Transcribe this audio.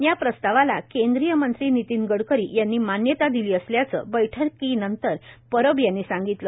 या प्रस्तावास केंद्रीय मंत्री गडकरी यांनी मान्यता दिली असल्याचे बैठकीनंतर परब यांनी सांगितले